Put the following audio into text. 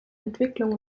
entwicklung